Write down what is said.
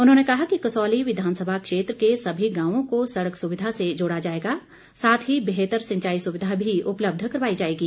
उन्होंने कहा कि कसौली विधानसभा क्षेत्र के सभी गांवों को सड़क सुविधा से जोड़ा जाएगा साथ ही बेहतर सिंचाई सुविधा भी उपलब्ध करवाई जाएगी